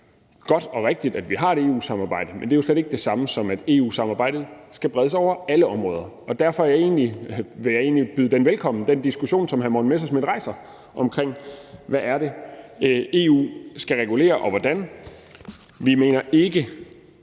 godt og rigtigt, at vi har et EU-samarbejde. Men det er jo slet ikke det sammen, som at EU-samarbejdet skal brede sig over alle områder. Og derfor vil jeg egentlig byde den diskussion velkommen, som hr. Morten Messerschmidt rejser, om, hvad det er, EU skal regulere og hvordan. Vi mener ikke,